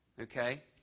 okay